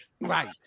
right